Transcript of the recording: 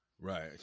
right